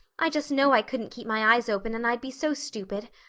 i just know i couldn't keep my eyes open and i'd be so stupid.